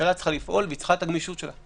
והיא צריכה את הגמישות שלה.